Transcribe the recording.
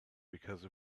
because